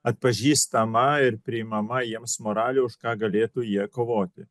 atpažįstama ir priimama jiems moraliai už ką galėtų jie kovoti